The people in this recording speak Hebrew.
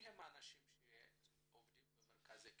מיהם האנשים שעובדים במרכזי הקליטה?